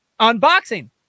unboxing